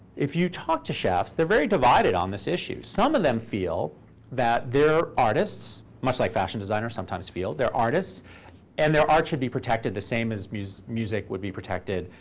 if you talk to chefs, they're very divided on this issue. some of them feel that they're artists, much like fashion designers sometimes feel. they're artists and their art should be protected the same as music music would be protected,